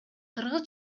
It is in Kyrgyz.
кыргыз